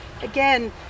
Again